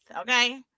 okay